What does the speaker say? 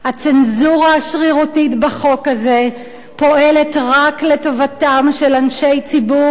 הצנזורה השרירותית בחוק הזה פועלת רק לטובתם של אנשי ציבור,